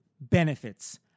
benefits